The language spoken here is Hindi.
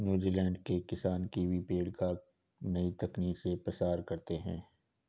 न्यूजीलैंड के किसान कीवी पेड़ का नई तकनीक से प्रसार करते हैं